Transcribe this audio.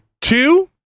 Two